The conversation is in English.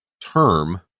term